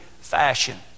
fashion